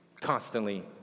constantly